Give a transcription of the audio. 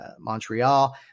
Montreal